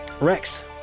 Rex